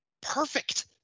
perfect